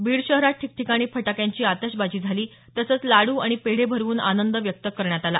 बीड शहरात ठिकठिकाणी फटाक्यांची आतषबाजी झाली तसंच लाडू आणि पेढे भरवून आनंद व्यक्त करण्यात आला